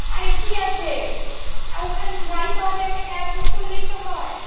আরে কি আছে ওখানে তো গাড়ি পাওয়া যায় একটা ক্যাব বুক করলেই তো হয়